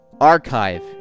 Archive